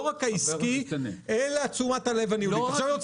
לא רק העסקי אלא צורת הפעילות.